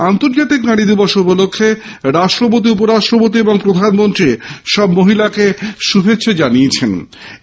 আন্তর্জাতিক নারী দিবস উপলক্ষ্যে রাষ্ট্রপতি উপরাষ্ট্রপতি ও প্রধানমন্ত্রী সব মহিলাকে শুভেচ্ছা জানিয়েছেন